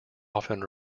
often